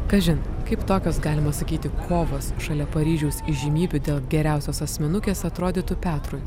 kažin kaip tokios galima sakyti kovos šalia paryžiaus įžymybių dėl geriausios asmenukės atrodytų petrui